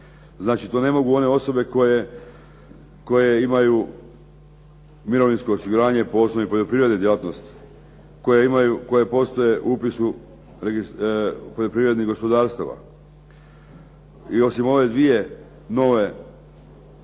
Znači, to ne mogu one osobe koje imaju mirovinsko osiguranje po osnovi poljoprivredne djelatnosti, koje postoje u upisu poljoprivrednih gospodarstava. I osim ove dvije nove